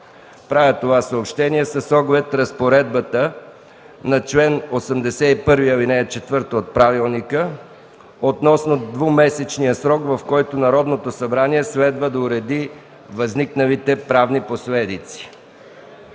Правя това съобщение с оглед разпоредбата на чл. 81, ал. 4 от правилника относно двумесечния срок, в който Народното събрание следва да уреди възникналите правни последици.